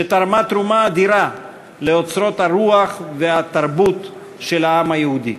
שתרמה תרומה עשירה לאוצרות הרוח והתרבות של העם היהודי.